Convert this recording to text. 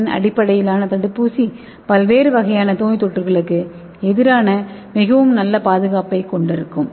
என் அடிப்படையிலான தடுப்பூசி பல்வேறு வகையான நோய்த்தொற்றுகளுக்கு எதிரான மிகவும் நல்ல பாதுகாப்பைக் கொண்டிருக்கும்